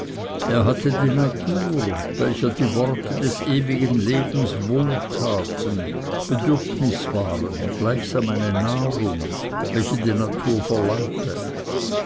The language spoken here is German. er hatte die natur welcher die worte des ewigen lebens wohl taten bedürfnis waren gleichsam eine nahrung welche die natur verlangte